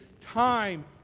time